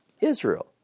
Israel